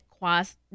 Cross